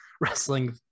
wrestling